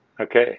Okay